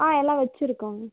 ஆ எல்லாம் வைச்சிருக்கோங்க